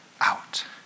out